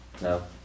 No